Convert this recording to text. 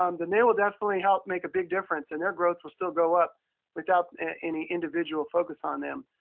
um then they will definitely help make a big difference, and their growth will still go up without any individual focus on them.